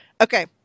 Okay